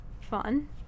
fun